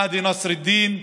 מהדי נסראלדין.